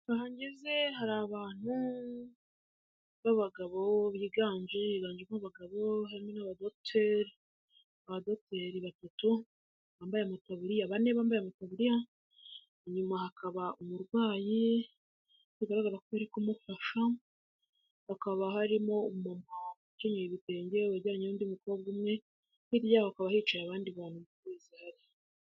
Ahangeze hari abantu b'abagabo biganje barimo abagabo harimo n'abadogiteri, abadoteri batatu bambaye amataburiya bane bambaye amataburiya, inyuma hakaba umurwayi biragaragarako bari kumufasha hakaba harimo umumama ukenyeye ibitenge wegeranye nundi mukobwa umwe, hira yabo hakaba hicaye abandi bantu kunebe zihari.